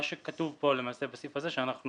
מה שכתוב פה למעשה בסעיף הזה, שאנחנו